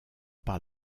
par